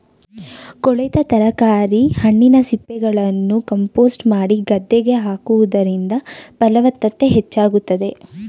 ಕೊಳೆತ ತರಕಾರಿ, ಹಣ್ಣಿನ ಸಿಪ್ಪೆಗಳನ್ನು ಕಾಂಪೋಸ್ಟ್ ಮಾಡಿ ಗದ್ದೆಗೆ ಹಾಕುವುದರಿಂದ ಫಲವತ್ತತೆ ಹೆಚ್ಚಾಗುತ್ತದೆ